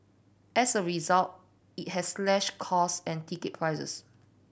as a result it has slashed costs and ticket prices